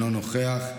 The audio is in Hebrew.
אינו נוכח,